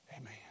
Amen